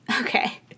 Okay